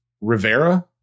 Rivera